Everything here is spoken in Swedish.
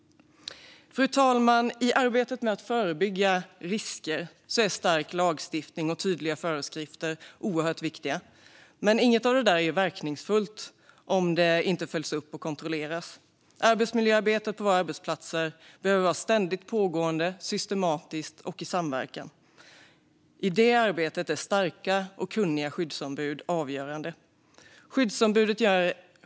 Fru talman! I arbetet med att förbygga risker är stark lagstiftning och tydliga föreskrifter oerhört viktiga. Men inget av det är verkningsfullt om det inte följs upp och kontrolleras. Arbetsmiljöarbetet på våra arbetsplatser behöver vara ständigt pågående, systematiskt och i samverkan. I det arbetet är starka och kunniga skyddsombud avgörande.